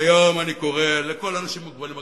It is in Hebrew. שהיום אני קורא לכל האנשים המוגבלים,